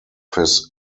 his